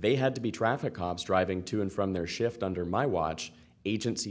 they had to be traffic cops driving to and from their shift under my watch agency